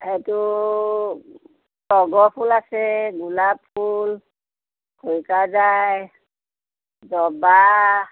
সেইটো তগৰ ফুল আছে গোলাপ ফুল খৰিকাঝাই জৱা